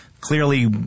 clearly